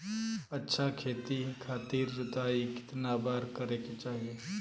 अच्छा खेती खातिर जोताई कितना बार करे के चाही?